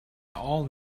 all